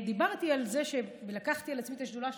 דיברתי על זה שלקחתי על עצמי את השדולה של